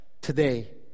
today